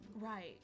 right